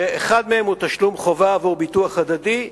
שאחד מהם הוא תשלום חובה, והוא ביטוח הדדי.